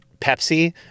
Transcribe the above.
Pepsi